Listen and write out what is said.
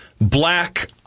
black